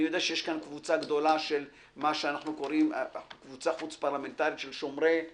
אני יודע שיש כאן קבוצה גדולה חוץ פרלמנטרית של "שומרי הבית"